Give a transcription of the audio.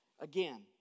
Again